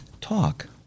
talk